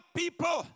people